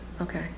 Okay